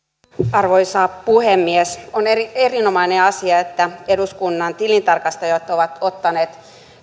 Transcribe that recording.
arvoisa puhemies on erinomainen asia että eduskunnan tilintarkastajat ovat ottaneet